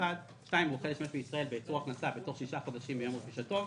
2021); הוא החל לשמש בישראל בייצור הכנסה בתוך שישה חודשים מיום רכישתו,